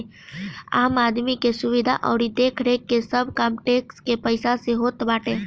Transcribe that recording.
आम आदमी के सुविधा अउरी देखरेख के सब काम टेक्स के पईसा से होत बाटे